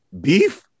Beef